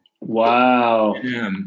Wow